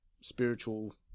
spiritual